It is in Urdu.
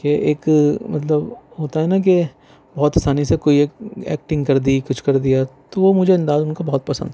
کہ ایک مطلب ہوتا ہے نا کہ بہت آسانی سے کوئی ایک ایکٹنگ کر دی کچھ کر دیا تو وہ مجھے انداز ان کا بہت پسند